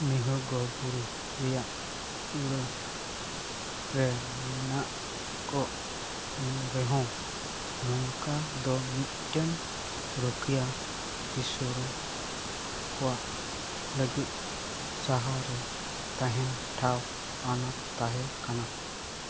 ᱢᱮᱦᱮᱨᱜᱚᱲ ᱵᱩᱨᱩ ᱨᱮᱭᱟᱜ ᱪᱩᱲᱟᱹ ᱨᱮ ᱢᱮᱱᱟᱜ ᱠᱚᱜ ᱨᱮᱦᱚᱸ ᱱᱚᱝᱠᱟ ᱫᱚ ᱢᱤᱫᱴᱮᱱ ᱨᱩᱠᱷᱤᱭᱟᱹ ᱫᱤᱥᱩᱣᱟᱹ ᱠᱚᱣᱟᱜ ᱞᱟᱹᱜᱤᱫ ᱥᱟᱦᱟᱨᱮ ᱛᱟᱦᱮᱱ ᱴᱷᱟᱶ ᱟᱱᱟᱴ ᱛᱟᱦᱮᱸᱠᱟᱱᱟ